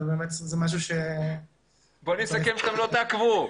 אבל זה משהו --- בוא נסכם שאתם לא תעכבו,